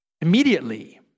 Immediately